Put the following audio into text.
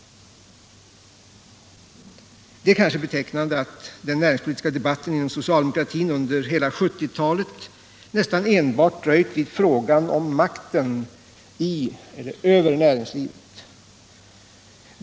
Det är kanske betecknande att den näringspolitiska debatten inom socialdemokratin under hela 1970-talet nästan enbart dröjt vid frågan om makten i eller över näringslivet.